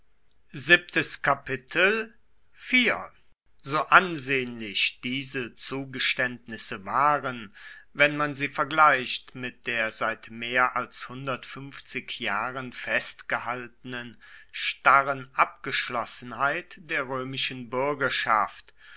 so ansehnlich diese zugeständnisse waren wenn man sie vergleicht mit der seit mehr als hundertfünfzig jahren festgehaltenen starren abgeschlossenheit der römischen bürgerschaft